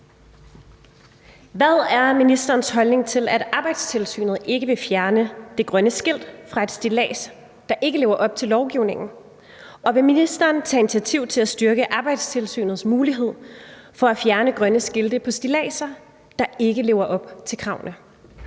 Hvad er ministerens holdning til, at Arbejdstilsynet ikke vil fjerne det grønne skilt fra et stillads, der ikke lever op til lovgivningen, og vil ministeren tage initiativ til at styrke Arbejdstilsynets mulighed for at fjerne grønne skilte på stilladser, der ikke lever op til kravene?